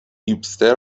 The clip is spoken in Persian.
هیپستر